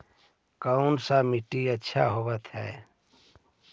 कोन सा मिट्टी अच्छा होबहय?